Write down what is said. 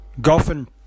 Goffin